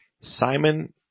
Simon